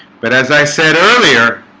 but as i said earlier